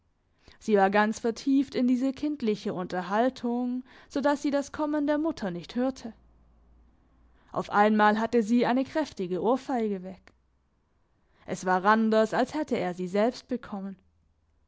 sie war ganz vertieft in diese kindliche unterhaltung so dass sie das kommen der mutter nicht hörte auf einmal hatte sie eine kräftige ohrfeige weg es war randers als hätte er sie selbst bekommen